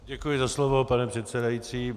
Děkuji za slovo, pane předsedající.